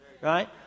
right